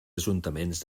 ajuntaments